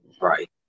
right